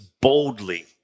boldly